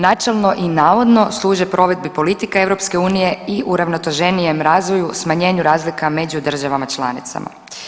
Načelno i navodno služe provedbi politike EU i uravnoteženijem razvoju, smanjenju razlika među državama članicama.